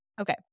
okay